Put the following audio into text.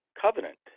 covenant